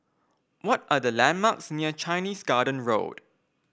what are the landmarks near Chinese Garden Road